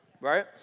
right